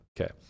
Okay